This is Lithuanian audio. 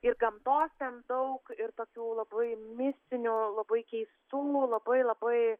ir gamtos ten daug ir tokių labai mistinų labai keistų labai labai